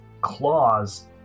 claws